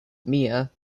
mia